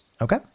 Okay